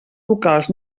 vocals